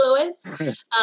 Influence